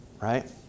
Right